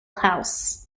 house